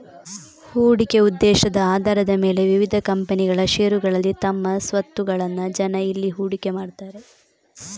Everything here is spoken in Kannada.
ಹೂಡಿಕೆ ಉದ್ದೇಶದ ಆಧಾರದ ಮೇಲೆ ವಿವಿಧ ಕಂಪನಿಗಳ ಷೇರುಗಳಲ್ಲಿ ತಮ್ಮ ಸ್ವತ್ತುಗಳನ್ನ ಜನ ಇಲ್ಲಿ ಹೂಡಿಕೆ ಮಾಡ್ತಾರೆ